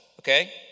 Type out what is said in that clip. Okay